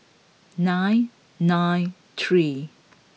nine nine three